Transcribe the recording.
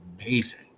amazing